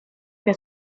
que